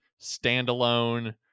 standalone